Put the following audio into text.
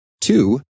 two